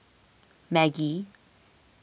Maggi